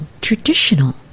traditional